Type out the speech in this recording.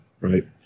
right